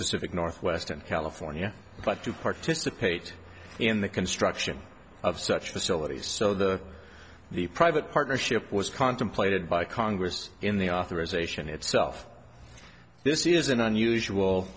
pacific northwest and california but to participate in the construction of such facilities so the the private partnership was contemplated by congress in the authorization itself this is an unusual